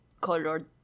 colored